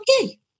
okay